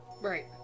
Right